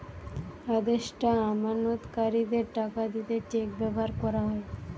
আদেষ্টা আমানতকারীদের টাকা দিতে চেক ব্যাভার কোরা হয়